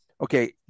Okay